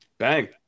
Bang